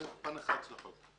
זה פן אחד של החוק.